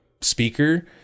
speaker